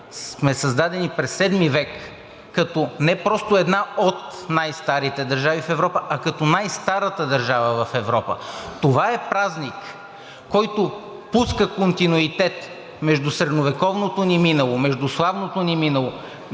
сме създадени през VII век, не просто като една от най-старите държави в Европа, а като най-старата държава в Европа. Това е празник, който пуска континюитет между средновековното ни минало, между славното ни минало,